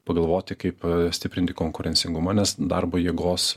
pagalvoti kaip stiprinti konkurencingumą nes darbo jėgos